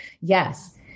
Yes